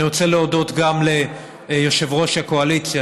אני רוצה להודות גם ליושב-ראש הקואליציה,